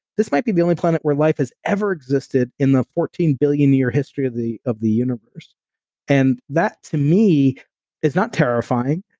this might be the only planet where life has ever existed in the fourteen billion year history of the of the universe and that to me is not terrifying.